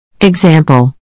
Example